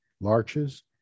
larches